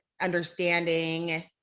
understanding